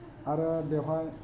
आरो बेवहाय